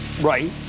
right